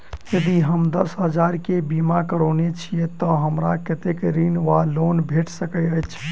यदि हम दस हजार केँ बीमा करौने छीयै तऽ हमरा कत्तेक ऋण वा लोन भेट सकैत अछि?